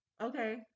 Okay